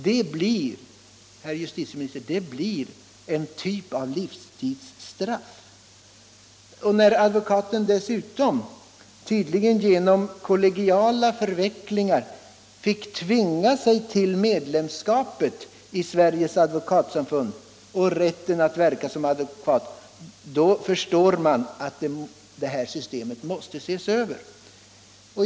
Det blir, herr justitieminister, en typ av livstidsstraff. När denna advokat dessutom, tydligen på grund av kollegiala förvecklingar, fick tvinga sig till medlemskapet i Sveriges Advokatsamfund och därmed rätten att verka som advokat, förstår man att systemet måste ses över.